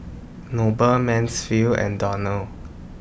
Noble Mansfield and Donnell